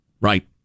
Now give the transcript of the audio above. Right